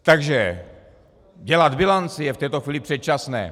Takže dělat bilanci je v této chvíli předčasné.